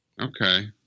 Okay